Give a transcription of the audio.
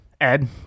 Ed